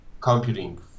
computing